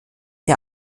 der